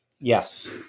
yes